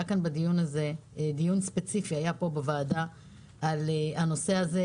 היה פה בוועדה דיון ספציפי בנושא הזה.